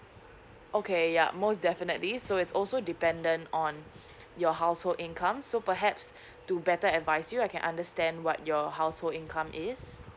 okay yup most definitely so it's also dependent on your household income so perhaps to better advice you I can understand what your household income is